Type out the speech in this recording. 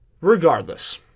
Regardless